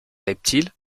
reptiles